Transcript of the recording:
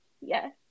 yes